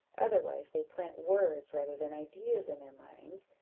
otherwise they plant words rather than ideas in their minds,